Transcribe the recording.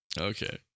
Okay